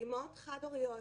אימהות חד-הוריות